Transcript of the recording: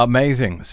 Amazing